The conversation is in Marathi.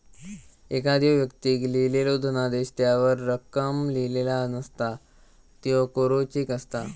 एखाद्दो व्यक्तीक लिहिलेलो धनादेश त्यावर रक्कम लिहिलेला नसता, त्यो कोरो चेक असता